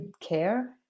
care